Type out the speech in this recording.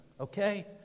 Okay